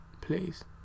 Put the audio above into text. please